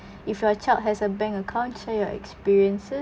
if your child has a bank account share your experiences